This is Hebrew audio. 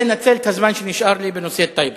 אני רוצה לנצל את הזמן שנשאר לי בנושא טייבה.